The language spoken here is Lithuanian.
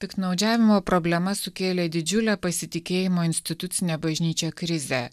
piktnaudžiavimo problema sukėlė didžiulę pasitikėjimo institucine bažnyčia krizę